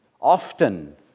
often